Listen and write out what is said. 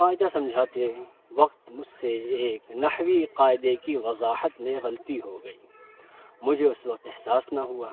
قاعدہ سمجھاتے وقت مجھ سے ایک نحوی قاعدے کی وضاحت میں غلطی ہو گئی مجھے اس وقت احساس نہ ہوا